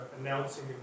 announcing